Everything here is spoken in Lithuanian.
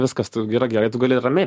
viskas yra gerai tu gali ramiai